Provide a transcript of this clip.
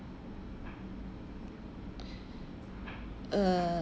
uh